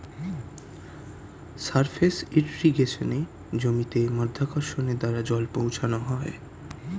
surface ইর্রিগেশনে জমিতে মাধ্যাকর্ষণের দ্বারা জল পৌঁছানো হয়